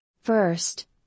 First